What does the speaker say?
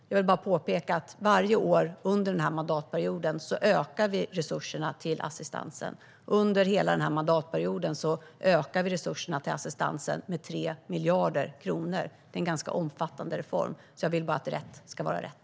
Jag vill påpeka att vi varje år under denna mandatperiod ökar resurserna till assistansen. Under hela mandatperioden ökar vi dessa resurser med 3 miljarder kronor. Det är en omfattande reform - jag vill bara att rätt ska vara rätt.